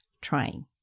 trying